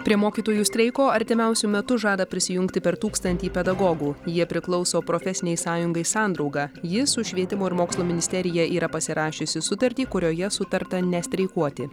prie mokytojų streiko artimiausiu metu žada prisijungti per tūkstantį pedagogų jie priklauso profesinei sąjungai sandrauga ji su švietimo ir mokslo ministerija yra pasirašiusi sutartį kurioje sutarta nestreikuoti